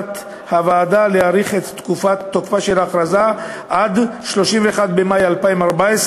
הוועדה להאריך את תקופת תוקפה של ההכרזה עד 31 במאי 2014,